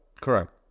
correct